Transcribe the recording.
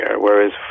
whereas